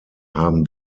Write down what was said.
haben